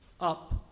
up